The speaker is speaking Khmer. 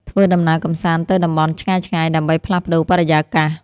ធ្វើដំណើរកម្សាន្តទៅតំបន់ឆ្ងាយៗ ដើម្បីផ្លាស់ប្តូរបរិយាកាស។